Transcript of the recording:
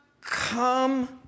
come